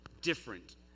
different